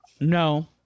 No